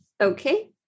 Okay